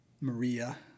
Maria